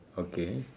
okay